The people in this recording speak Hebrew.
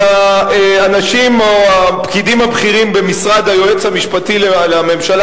של הפקידים הבכירים במשרד היועץ המשפטי לממשלה,